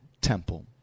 temple